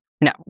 No